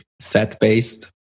set-based